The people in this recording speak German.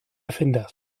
erfinder